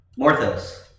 Morthos